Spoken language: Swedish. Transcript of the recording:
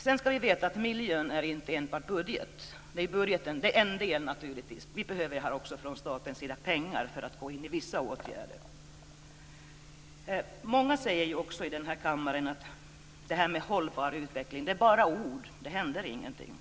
Sedan ska vi veta att miljön inte enbart är en budgetfråga, men budgeten är naturligtvis en del. Vi behöver från statens sida pengar för vissa åtgärder. Många säger i denna kammare att talet om hållbar utveckling bara är ord, att det inte händer någonting.